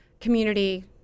community